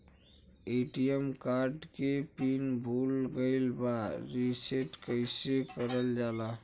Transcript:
ATM card के PIN भूला गइल बा रीसेट कईसे करल जाला?